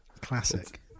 classic